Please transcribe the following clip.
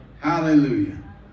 Hallelujah